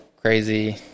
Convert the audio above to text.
crazy